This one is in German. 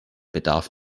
bedarf